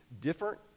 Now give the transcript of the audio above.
different